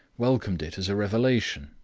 welcomed it as a revelation,